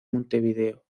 montevideo